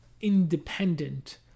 Independent